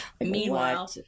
Meanwhile